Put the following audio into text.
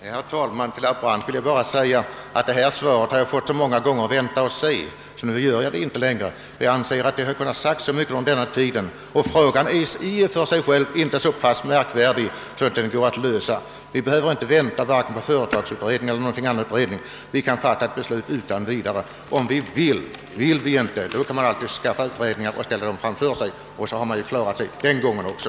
Herr talman! Till herr Brandt vill jag säga att jag så många gånger har fått svaret att vi skall vänta och se, att nu vill jag inte göra det längre. Frågan 1 sig själv är inte så märkvärdig, att den inte går att lösa. Vi behöver inte vänta på vare sig företagsskatteutredningen eller någon annan utredning, utan vi kan fatta ett beslut utan vidare om vi vill. Men vill man inte det, kan man alltid hänvisa till utredningen, så har man klarat sig den här gången också.